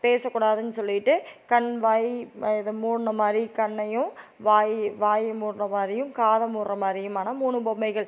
பேசக்கூடாதுன்னு சொல்லிட்டு கண் வாய் இதை மூடினமாரி கண்ணையும் வாய் வாய மூடுறமாரியும் காதை மூடுற மாதிரியுமான மூணு பொம்மைகள்